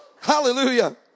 Hallelujah